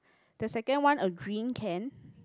the second one a green can